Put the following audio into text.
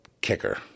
kicker